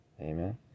Amen